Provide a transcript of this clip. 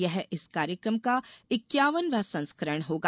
यह इस कार्यक्रम का इक्यावन वां संस्करण होगा